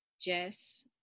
Jess